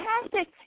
Fantastic